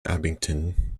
abington